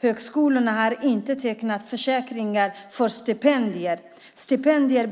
Högskolorna har inte tecknat försäkringar för stipendiater. Stipendier